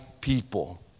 people